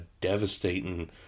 devastating